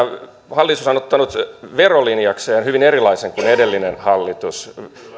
ja hallitushan on ottanut verolinjakseen hyvin erilaisen linjan kuin edellinen hallitus